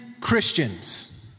Christians